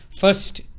first